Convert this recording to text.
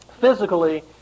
Physically